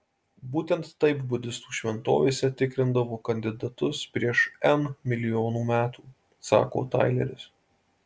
būtent taip budistų šventovėse tikrindavo kandidatus prieš n milijonų metų sako taileris